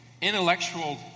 intellectual